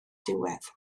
diwedd